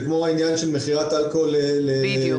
זה כמו העניין של מכירת אלכוהול לקטינים